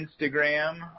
Instagram